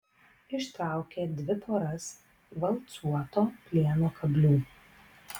ištraukė dvi poras valcuoto plieno kablių